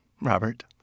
Robert